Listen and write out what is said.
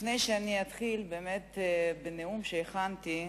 לפני שאני אתחיל באמת בנאום שהכנתי,